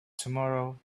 tomorrow